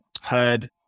HUD